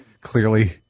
clearly